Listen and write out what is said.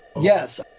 Yes